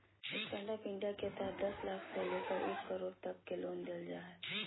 stand up India के तहत दस लाख से लेकर एक करोड़ तक के लोन देल जा हइ